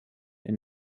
and